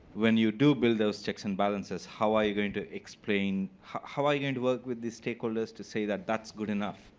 when you do build those checks and balances, how are you going to explain, how are you going to work with the stakeholders to say that that's good enough?